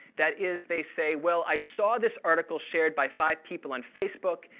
that is, they say, well, i saw this article shared by five people on facebook.